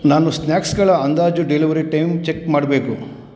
ನಾನು ಸ್ನ್ಯಾಕ್ಸ್ಗಳ ಅಂದಾಜು ಡೆಲಿವರಿ ಟೈಮ್ ಚೆಕ್ ಮಾಡಬೇಕು